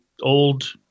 old